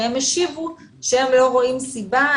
שהם השיבו שהם לא רואים סיבה,